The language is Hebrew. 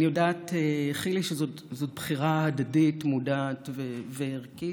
אני יודעת, חילי, שזאת בחירה הדדית, מודעת וערכית.